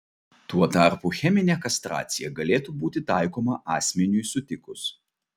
tuo tarpu cheminė kastracija galėtų būti taikoma asmeniui sutikus